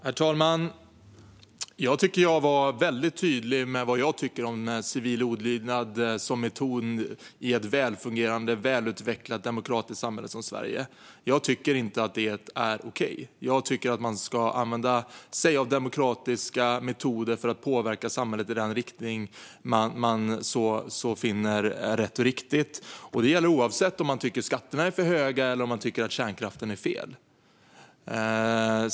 Herr talman! Jag tycker att jag var väldigt tydlig med vad jag tycker om civil olydnad som metod i ett välfungerande, välutvecklat demokratiskt samhälle som Sverige. Det är inte okej. Jag tycker att man ska använda sig av demokratiska metoder för att påverka samhället i den riktning man finner är rätt och riktig. Det gäller oavsett om man tycker att skatterna är för höga eller att kärnkraften är fel.